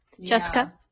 jessica